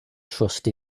trust